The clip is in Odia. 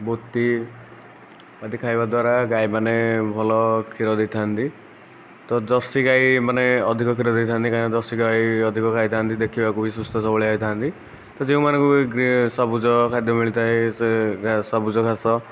ବୋତି ବୋତି ଖାଇବା ଦ୍ୱାରା ଗାଈମାନେ ଭଲ କ୍ଷୀର ଦେଇଥାନ୍ତି ତ ଜର୍ସି ଗାଈମାନେ ଅଧିକ କ୍ଷୀର ଦେଇଥାନ୍ତି କାରଣ ଜର୍ସି ଗାଈ ଅଧିକ ଖାଇଥାନ୍ତି ଦେଖିବାକୁ ବି ସୁସ୍ଥ ସବଳିଆ ହୋଇଥାନ୍ତି ଯେଉଁମାନେ ସବୁଜ ଖାଦ୍ୟ ମିଳିଥାଏ ସେ ସବୁଜ ଘାସ